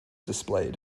displayed